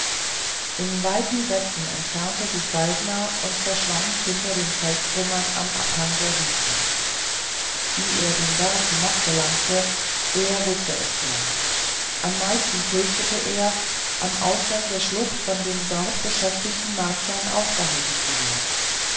in weiten sätzen entfernte sich saltner und verschwand hinter den felstrümmern am abhang der wüste wie er den berg hinabgelangte er wußte es kaum am meisten fürchtete er am ausgang der schlucht von den dort beschäftigten martiern angehalten zu werden